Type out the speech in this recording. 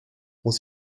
muss